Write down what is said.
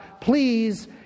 please